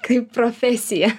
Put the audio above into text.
kaip profesija